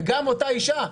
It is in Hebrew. וגם אותה אישה,